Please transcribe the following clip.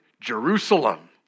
Jerusalem